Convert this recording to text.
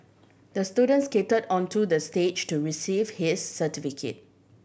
the student skated onto the stage to receive his certificate